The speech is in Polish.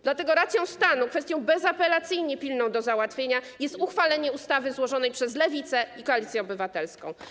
Dlatego racją stanu, kwestią bezapelacyjnie pilną do załatwienia jest uchwalenie ustawy złożonej przez Lewicę i Koalicję Obywatelską.